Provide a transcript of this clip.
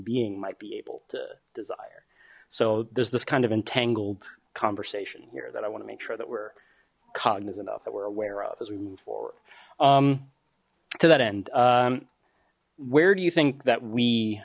being might be able to desire so there's this kind of entangled conversation here that i want to make sure that we're cognizant of that we're aware of as we move forward to that end where do you think that we